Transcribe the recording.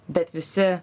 bet visi